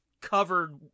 covered